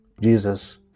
Jesus